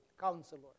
counselor